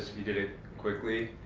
you did it quickly.